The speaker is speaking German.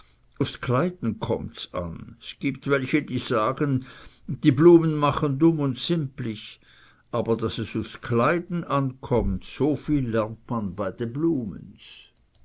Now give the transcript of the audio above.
ufs kleiden kommt's an s gibt welche die sagen die blumen machen dumm und simplig aber daß es ufs kleiden ankommt so viel lernt man bei de blumens